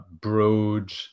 broad